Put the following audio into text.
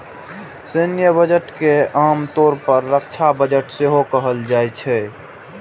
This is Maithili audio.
सैन्य बजट के आम तौर पर रक्षा बजट सेहो कहल जाइ छै